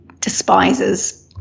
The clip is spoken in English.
despises